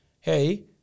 hey